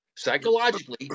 psychologically